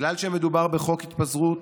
בגלל שמדובר בחוק התפזרות,